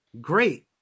Great